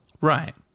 Right